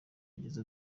agize